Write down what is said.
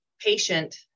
patient